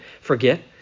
forget